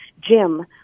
Jim